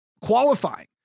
qualifying